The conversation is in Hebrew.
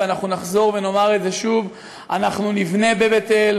ואנחנו נחזור ונאמר את זה שוב: אנחנו נבנה בבית-אל,